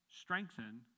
Strengthen